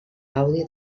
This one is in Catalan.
gaudi